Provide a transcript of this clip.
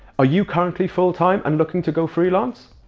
are you currently full time and looking to go freelance?